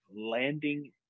landing